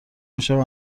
میشم